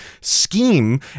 scheme